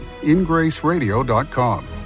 ingraceradio.com